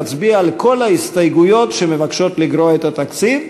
נצביע על כל ההסתייגויות שמבקשות לגרוע את התקציב.